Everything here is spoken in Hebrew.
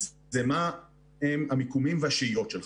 מה המיקומים והשהיות שלך.